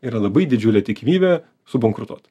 yra labai didžiulė tikimybė subankrutuot